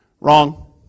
Wrong